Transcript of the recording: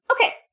Okay